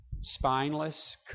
spineless